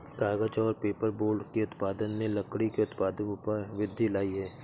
कागज़ और पेपरबोर्ड के उत्पादन ने लकड़ी के उत्पादों में वृद्धि लायी है